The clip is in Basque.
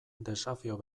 desafio